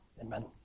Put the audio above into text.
amen